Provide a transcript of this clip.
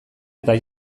eta